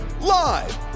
live